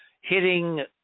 hitting